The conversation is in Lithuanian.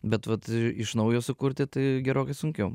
bet vat iš naujo sukurti tai gerokai sunkiau